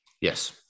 Yes